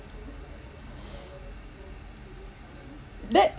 that